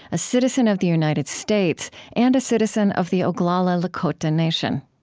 a citizen of the united states, and a citizen of the oglala lakota nation.